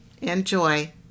Enjoy